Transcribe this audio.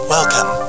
Welcome